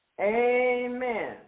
Amen